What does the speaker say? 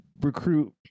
recruit